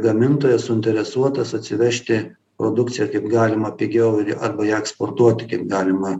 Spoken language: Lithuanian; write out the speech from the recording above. gamintojas suinteresuotas atsivežti produkciją kaip galima pigiau arba ją eksportuoti kaip galima